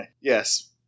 Yes